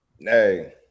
Hey